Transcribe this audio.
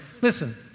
listen